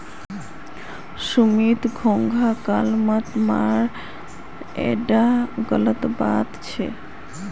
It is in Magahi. सुमित घोंघा लाक मत मार ईटा गलत बात छ